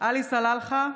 עלי סלאלחה,